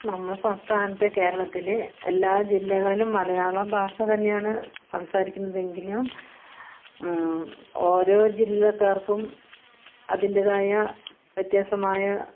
നമ്മുടെ സംസ്ഥാനത്ത് കേരളത്തില് എല്ലാ ജില്ലകളിലും മലയാള ഭാഷ തന്നെയാണ് സംസാരിക്കുന്നതെങ്കിലും ഓരോ ജില്ലക്കാർക്കും അതിൻ്റെതായ വ്യത്യാസമായ